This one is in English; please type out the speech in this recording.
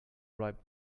ripe